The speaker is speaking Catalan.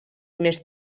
més